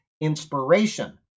inspiration